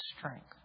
strength